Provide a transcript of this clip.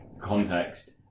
context